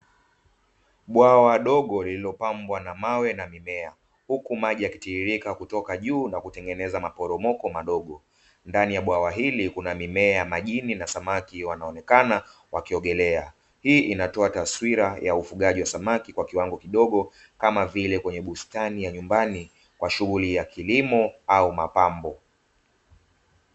Bwawa dogo lililopambwa kwa mawe na mimea huku maji yakitiririka kutoka juu na kutengeneza maporomoko madogo, ndani ya bwawa hili kuna mimea ya majini na samaki wanaonekana wakiogelea, hii inatoa taswira ya ufugaji wa samaki kwa kiwango kidogo kama vile kwenye bustani ya nyumbani kwa shughuli ya kilimo au mapambo.